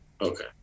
Okay